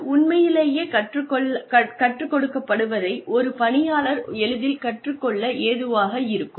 அது உண்மையிலேயே கற்றுக்கொடுக்கப்படுவதை ஒரு ஒரு பணியாளர் எளிதில் கற்றுக்கொள்ள ஏதுவாக இருக்கும்